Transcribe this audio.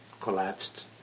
collapsed